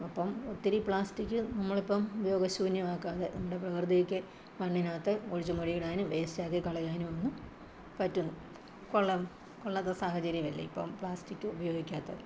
അപ്പോള് ഒത്തിരി പ്ലാസ്റ്റിക് നമ്മളിപ്പോള് ഉപയോഗ ശൂന്യമാക്കാതെ നമ്മുടെ പ്രകൃതിക്ക് മണ്ണിനകത്ത് കുഴിച്ചുമൂടി ഇടാനും വേസ്റ്റാക്കി കളയാനും ഒന്നും പറ്റുന്ന് കൊള്ളം കൊള്ളാത്ത സാഹചര്യമല്ലേ ഇപ്പോള് പ്ലാസ്റ്റിക് ഉപയോഗിക്കാത്ത